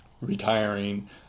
retiring